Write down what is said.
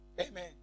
Amen